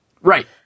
Right